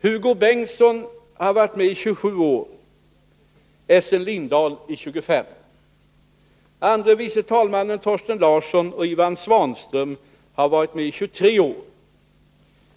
Hugo Bengtsson har varit med i 27 år, Essen Lindahl i 25 år. Andre vice talmannen Torsten Larsson och Ivan Svanström har varit med i 23 år.